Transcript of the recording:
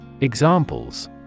Examples